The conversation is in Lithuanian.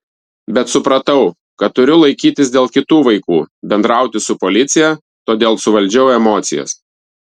bet supratau kad turiu laikytis dėl kitų vaikų bendrauti su policija todėl suvaldžiau emocijas